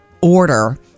order